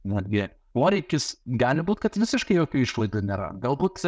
netgi poreikis gali būt kad visiškai jokių išlaidų nėra galbūt